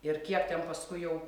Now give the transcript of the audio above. ir kiek ten paskui jau